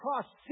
cross